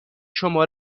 شما